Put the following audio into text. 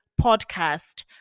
podcast